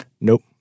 Nope